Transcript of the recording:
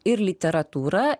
ir literatūra